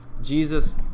Jesus